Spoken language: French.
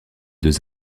deux